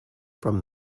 from